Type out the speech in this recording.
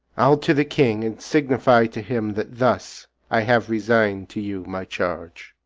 i'll to the king and signify to him that thus i have resign'd to you my charge.